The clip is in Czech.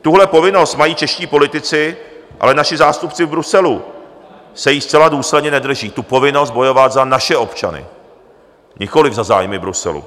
Tuhle povinnost mají čeští politici, ale naši zástupci v Bruselu se jí zcela důsledně nedrží, tu povinnost bojovat za naše občany, nikoli za zájmy Bruselu.